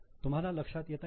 तुम्हाला लक्षात येताय ना